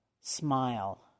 smile